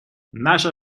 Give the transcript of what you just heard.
наша